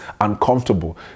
uncomfortable